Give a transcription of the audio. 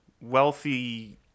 wealthy